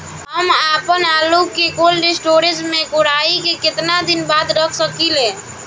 हम आपनआलू के कोल्ड स्टोरेज में कोराई के केतना दिन बाद रख साकिले?